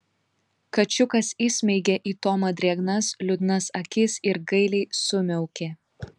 kačiukas įsmeigė į tomą drėgnas liūdnas akis ir gailiai sumiaukė